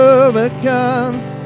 overcomes